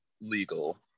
legal